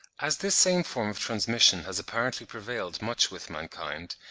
as this same form of transmission has apparently prevailed much with mankind,